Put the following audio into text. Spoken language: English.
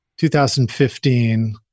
2015